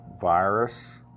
virus